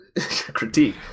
critique